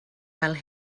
fel